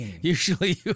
Usually